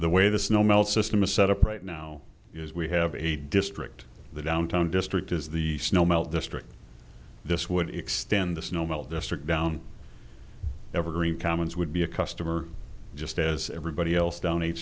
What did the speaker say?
the way the snow melt system is set up right now is we have a district the downtown district is the snow melt district this would extend the snow melt district down evergreen commons would be a customer just as everybody else down eighth